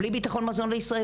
בלי ביטחון מזון לישראל,